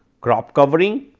crop covering,